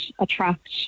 attract